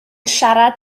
siarad